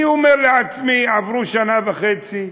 אני אומר לעצמי, עברה שנה וחצי,